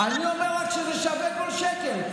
אני אומר לך שזה שווה כל שקל.